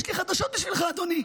יש לי חדשות בשבילך, אדוני.